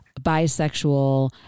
bisexual